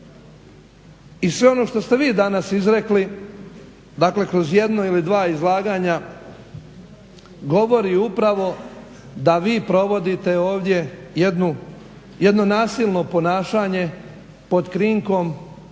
i sve ono što se vi danas izrekli dakle kroz jedno ili dva izlaganja govori upravo da vi provodite jedno nasilno ponašanje pod krinkom